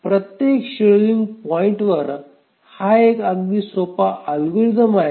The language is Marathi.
प्रत्येक शेड्यूलिंग पॉईंटवर हा एक अगदी सोपा अल्गोरिदम आहे